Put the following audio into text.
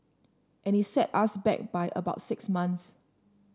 and it set us back by about six months